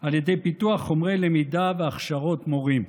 על ידי פיתוח חומרי למידה והכשרות מורים.